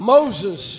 Moses